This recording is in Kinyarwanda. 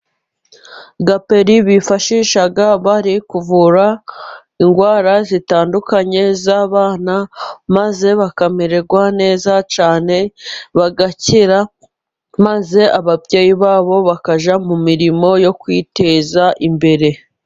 Gaperi bifashisha bari kuvura indwara zitandukanye z'abana, maze bakamererwa neza cyane bagakira, maze ababyeyi babo bakajya mu mirimo yo kwiteza imbere.